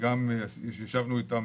וגם ישבנו איתם